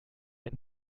ein